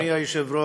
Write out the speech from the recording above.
54),